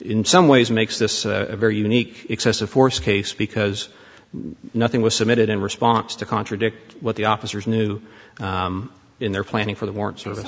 in some ways makes this very unique excessive force case because nothing was submitted in response to contradict what the officers knew in their planning for the warrant service